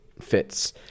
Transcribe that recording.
fits